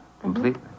completely